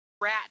Rat